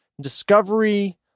Discovery